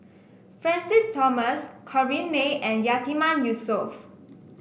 Francis Thomas Corrinne May and Yatiman Yusof